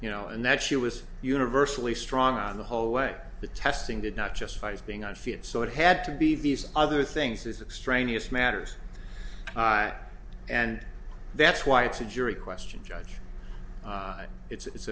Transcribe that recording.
you know and that she was universally strong on the whole way the testing did not justify his being unfit so it had to be these other things as extraneous matters and that's why it's a jury question judge it's